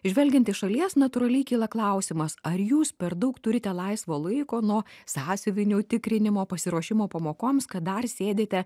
žvelgiant iš šalies natūraliai kyla klausimas ar jūs per daug turite laisvo laiko nuo sąsiuvinių tikrinimo pasiruošimo pamokoms kad dar sėdite